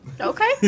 Okay